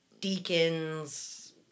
deacons